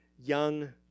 young